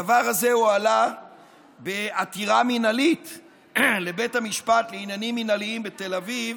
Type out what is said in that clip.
הדבר הזה הועלה בעתירה מינהלית לבית המשפט לעניינים מינהליים בתל אביב